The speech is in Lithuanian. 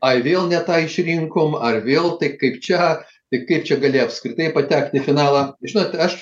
ar vėl ne tą išrinkom ar vėl taip kaip čia tai kaip čia gali apskritai patekt į finalą žinote aš